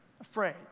Afraid